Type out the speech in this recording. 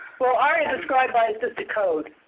well, aria-described by is just a code.